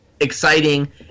exciting